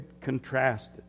Contrasted